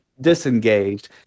disengaged